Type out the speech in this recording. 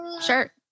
Sure